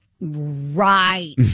Right